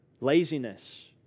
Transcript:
laziness